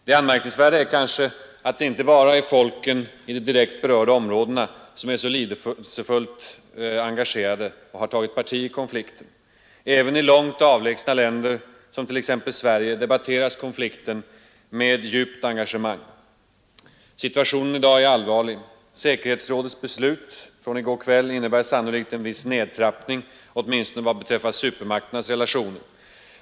Det anmärkningsvärda är kanske att det inte bara är folken i de direkt berörda områdena som är så lidelsefullt engagerade i och som tagit parti i konflikten. Även i långt avlägsna länder — som t.ex. Sverige — debatteras konflikten med djupt engagemang. Situationen i dag är allvarlig. Säkerhetsrådets beslut från i går kväll innebär sannolikt en viss nedtrappning — åtminstone vad beträffar supermakternas relationer.